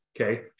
Okay